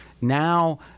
Now